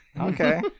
Okay